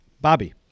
Bobby